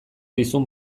dizun